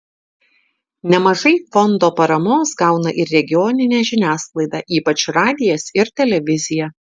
nemažai fondo paramos gauna ir regioninė žiniasklaida ypač radijas ir televizija